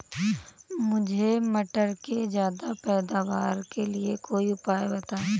मुझे मटर के ज्यादा पैदावार के लिए कोई उपाय बताए?